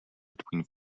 between